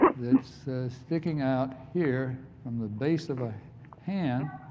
that's sticking out here from the base of a hand,